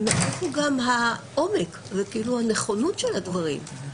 ומאיפה העומק וכאילו הנכונות של הדברים?